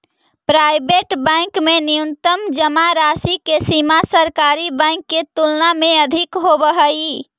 private bank में न्यूनतम जमा राशि के सीमा सरकारी बैंक के तुलना में अधिक होवऽ हइ